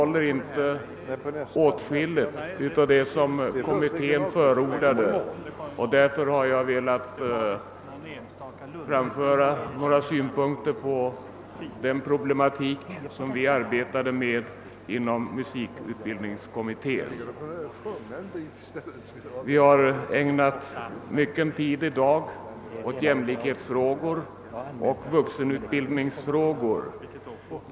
Åtskilligt av det som kommittén förordat återfinns inte i propositionen, och jag har därför velat något beröra den problematik med vilken vi arbetade inom musikutbildningskommittén. Kammaren har i dag ägnat mycken tid åt jämlikhetsoch vuxenutbildningsfrågor.